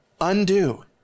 undo